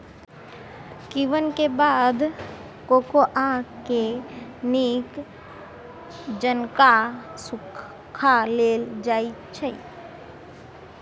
किण्वन के बाद कोकोआ के नीक जकां सुखा लेल जाइ छइ